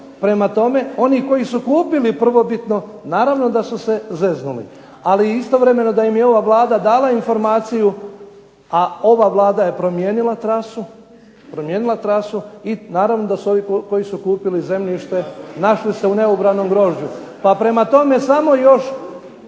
Prema tome, oni koji su kupili prvobitno naravno da su se zeznuli. Ali istovremeno da im je ova Vlada dala informaciju, a ova Vlada je promijenila trasu, i naravno da su ovi koji su kupili zemljište našli se u neobranom grožđu. Prema tome, samo još